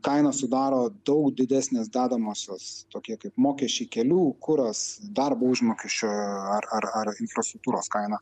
kainą sudaro daug didesnės dedamosios tokie kaip mokesčiai kelių kuras darbo užmokesčio ar ar ar infrastruktūros kaina